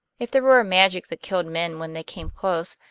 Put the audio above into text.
if there were a magic that killed men when they came close,